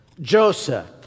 Joseph